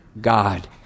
God